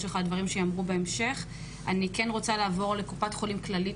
אני רוצה לעבור לקופת חולים כללית,